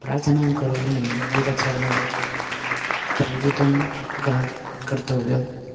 प्रार्थनां करोमि एतत् सर्वं स्थगितं कर्तव्यम्